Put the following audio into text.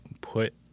put